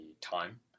time